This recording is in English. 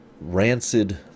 rancid